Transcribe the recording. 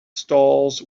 stalls